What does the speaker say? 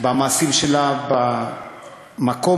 הוא ויתר